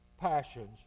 passions